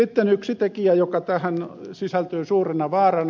sitten yksi tekijä joka tähän sisältyy suurena vaarana